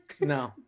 No